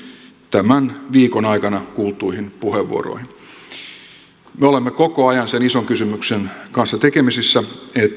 tämän viikon aikana kuultuihin puheenvuoroihin me olemme koko ajan sen ison kysymyksen kanssa tekemisissä